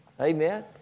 Amen